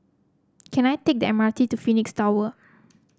can I take the M R T to Phoenix Tower